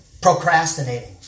Procrastinating